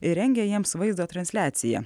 ir rengia jiems vaizdo transliaciją